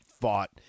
fought